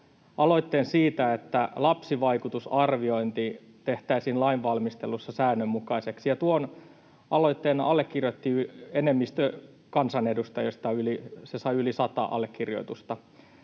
aloitteen siitä, että lapsivaikutusarviointi tehtäisiin lainvalmistelussa säännönmukaiseksi, ja tuon aloitteen allekirjoitti enemmistö kansanedustajista, se sai yli sata allekirjoitusta.